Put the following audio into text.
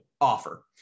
offer